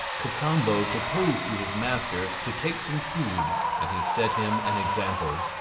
cacambo proposed to his master to take some food, and he set him an example.